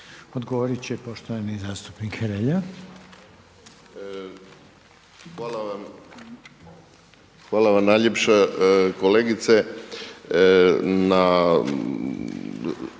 Odgovorit će poštovani zastupnik Hrelja. **Hrelja, Silvano (HSU)** Hvala vam najljepša kolegice